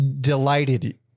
delighted